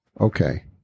Okay